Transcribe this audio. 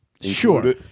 Sure